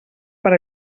per